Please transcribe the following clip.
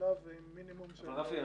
יעילה ועם מינימום של --- רפי,